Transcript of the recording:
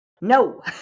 No